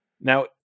Now